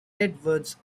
edwards